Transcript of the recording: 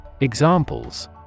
Examples